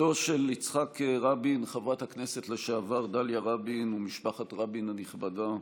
בתו של יצחק רבין חברת הכנסת לשעבר דליה רבין ומשפחת רבין הנכבדה,